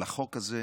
על החוק הזה.